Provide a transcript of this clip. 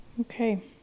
Okay